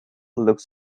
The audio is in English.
looked